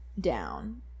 down